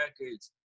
records